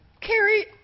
Carrie